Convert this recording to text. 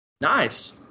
Nice